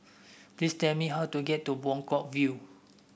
please tell me how to get to Buangkok View